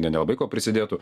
ne nelabai kuo prisidėtų